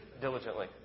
diligently